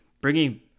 bringing